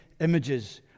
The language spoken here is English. images